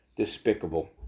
despicable